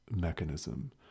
mechanism